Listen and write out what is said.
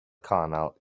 canol